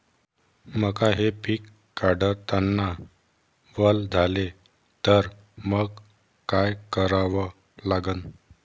मका हे पिक काढतांना वल झाले तर मंग काय करावं लागन?